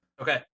Okay